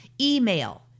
email